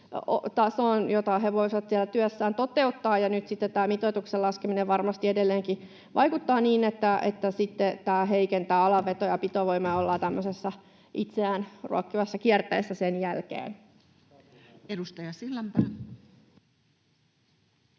jota he voisivat siellä työssään toteuttaa. Nyt sitten tämä mitoituksen laskeminen varmasti edelleenkin vaikuttaa niin, että tämä heikentää alan veto- ja pitovoimaa ja ollaan tämmöisessä itseään ruokkivassa kierteessä sen jälkeen. [Speech